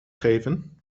geven